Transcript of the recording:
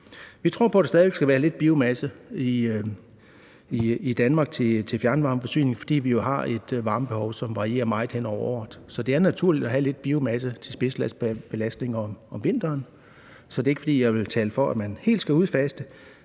Vi tror på, at der stadig væk skal være lidt biomasse i Danmark til fjernvarmeforsyningen, fordi vi jo har et varmebehov, som varierer meget hen over året. Så det er naturligt at have lidt biomasse til spidsbelastningen om vinteren. Det er altså ikke, fordi jeg vil tale for, at man helt skal udfase